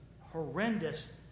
horrendous